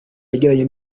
yagiranye